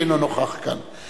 שאינו נוכח כאן,